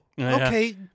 okay